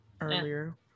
earlier